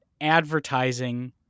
advertising